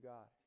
God